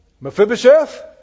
Mephibosheth